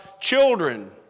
children